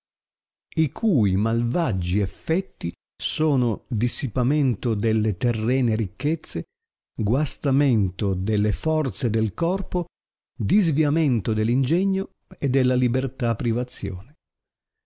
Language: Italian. i cui malvaggi effetti sono dissipamento delle terrene ricchezze guastamento delle forze del corpo disviamento dell ingegno e della libertà privazione